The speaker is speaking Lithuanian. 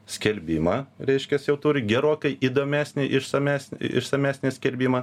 skelbimą reiškias jau turi gerokai įdomesnį išsamesn išsamesnį skelbimą